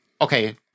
okay